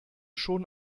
schon